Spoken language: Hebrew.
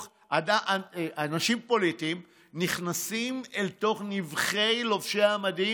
אנשים פוליטיים נכנסים אל תוך נבכי לובשי המדים,